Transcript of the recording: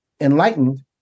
Enlightened